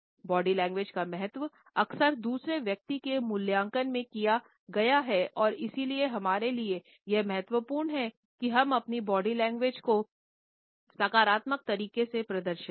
body language का महत्व अक्सर दूसरे व्यक्ति के मूल्यांकन में किया गया है और इसलिए हमारे लिए यह महत्वपूर्ण है कि हम अपनी बॉडी लैंग्वेज को सकारात्मक तरीके से प्रदर्शित करें